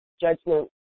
judgment